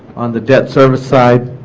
on the debt service side